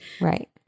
Right